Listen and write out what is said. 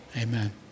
Amen